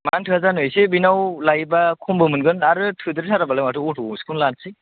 मानो थोआ जानो एसे बेनाव लायोबा खमबो मोनगोन आरो थोदेर थाराबालाय माथो अट' गंसेखौनो लानोसै